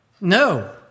No